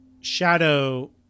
Shadow